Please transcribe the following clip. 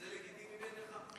זה לגיטימי בעיניך?